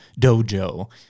dojo